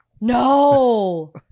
No